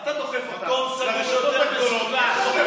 אתה דוחף, מקום סגור יותר מסוכן.